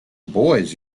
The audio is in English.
boys